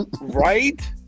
Right